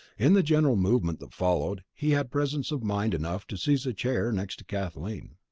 in the general movement that followed he had presence of mind enough to seize a chair next to kathleen.